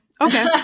okay